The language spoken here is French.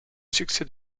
succès